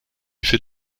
fait